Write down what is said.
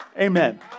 Amen